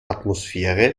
atmosphäre